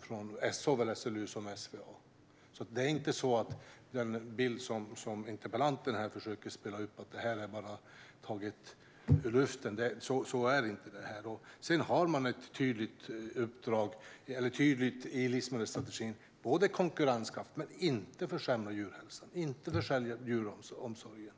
från såväl SLU som SVA. Den bild som interpellanten här försöker ge är att det bara är taget ur luften. Så är det inte. Man har ett tydligt uppdrag enligt livsmedelsstrategin vad gäller både konkurrenskraft och att inte försämra djurhälsan eller djuromsorgen.